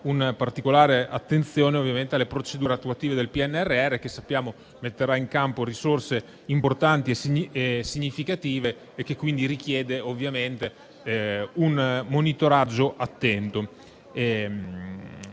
particolare attenzione alle procedure attuative del PNRR, che sappiamo metterà in campo risorse importanti e significative e che quindi richiede un monitoraggio attento.